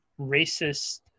racist